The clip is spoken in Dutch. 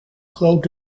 groot